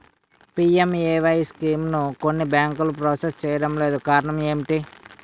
PMAY స్కీమును కొన్ని బ్యాంకులు ప్రాసెస్ చేయడం లేదు కారణం ఏమిటి?